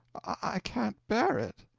i can't bear it!